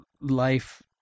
life